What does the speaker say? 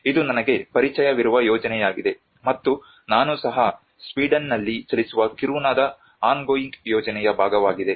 ಇದು ನನಗೆ ಪರಿಚಯವಿರುವ ಯೋಜನೆಯಾಗಿದೆ ಮತ್ತು ನಾನು ಸಹ ಸ್ವೀಡನ್ನಲ್ಲಿ ಚಲಿಸುವ ಕಿರುನಾದ ಆನ್ಗೋಯಿಂಗ್ ಯೋಜನೆಯ ಭಾಗವಾಗಿದೆ